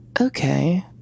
Okay